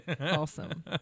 Awesome